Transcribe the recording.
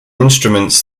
instruments